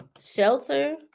shelter